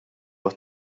għat